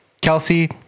Kelsey